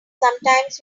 sometimes